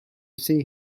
see